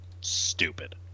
stupid